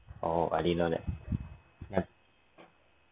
oh I didn't know that